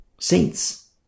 Saints